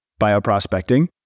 Bioprospecting